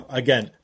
again